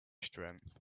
strength